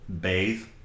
Bathe